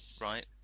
right